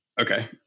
Okay